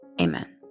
amen